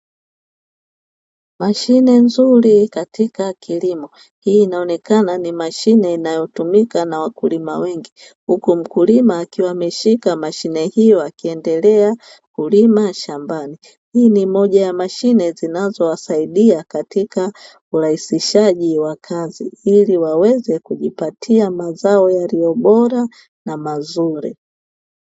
Mashine nzuri katika kilimo, hii ni inaonekana ni mashine inayo tumika na wakulima wengi huku Mkulima akiwa ameshika mashine hiyo akiendelea kulima shamba. Hii ni moja ya mashine zinazo wasaidia katika urahisishaji wa kazi, hili waweze kujipatia mazao yaliyo bora na mazuri.